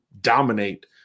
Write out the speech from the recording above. dominate